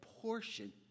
portion